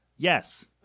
Yes